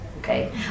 Okay